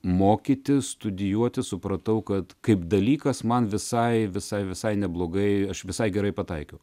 mokytis studijuoti supratau kad kaip dalykas man visai visai visai neblogai aš visai gerai pataikiau